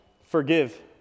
forgive